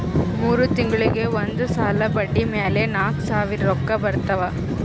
ಮೂರ್ ತಿಂಗುಳಿಗ್ ಒಂದ್ ಸಲಾ ಬಡ್ಡಿ ಮ್ಯಾಲ ನಾಕ್ ಸಾವಿರ್ ರೊಕ್ಕಾ ಬರ್ತಾವ್